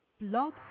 Blog